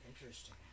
Interesting